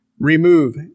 Remove